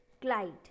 Glide